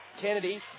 Kennedy